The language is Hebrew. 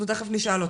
אנחנו נשאל אותו.